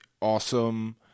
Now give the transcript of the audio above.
awesome